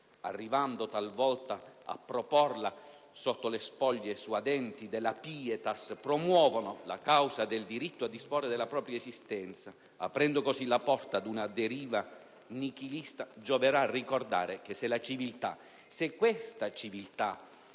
arrivando talvolta a promuovere, sotto le spoglie suadenti della *pietas,* la causa del diritto a disporre della propria esistenza, aprendo così la porta ad una deriva nichilista, gioverà ricordare che se questa civiltà,